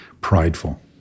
prideful